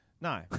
No